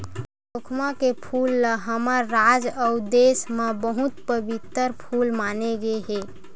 खोखमा के फूल ल हमर राज अउ देस म बहुत पबित्तर फूल माने गे हे